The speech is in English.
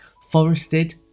forested